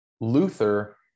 Luther